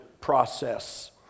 process